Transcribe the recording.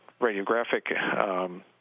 radiographic